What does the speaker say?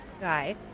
guy